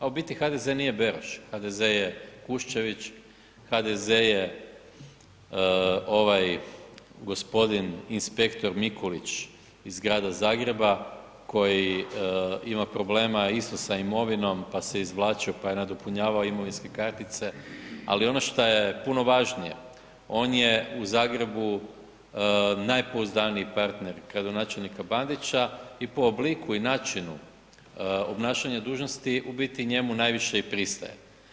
A u biti, HDZ nije Beroš, HDZ je Kuščević, HDZ je ovaj g. inspektor Mikulić iz grada Zagreba koji ima problema isto sa imovinom, pa se izvlačio, pa je nadopunjavao imovinske kartice, ali ono što je puno važnije, on je u Zagrebu najpouzdaniji partner gradonačelnika Bandića i po obliku i načinu obnašanja dužnosti, u biti njemu najviše i pristaje.